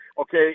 okay